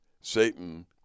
Satan